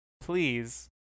Please